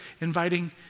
inviting